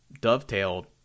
dovetailed